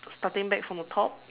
starting back from the top